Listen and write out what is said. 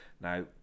Now